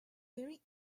very